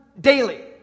daily